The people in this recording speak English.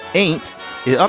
ain't it?